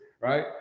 right